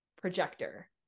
projector